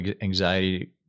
anxiety